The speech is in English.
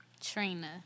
Trina